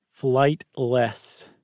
flightless